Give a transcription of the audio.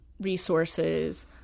resources